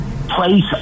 place